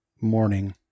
morning